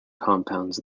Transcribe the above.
compounds